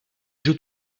joue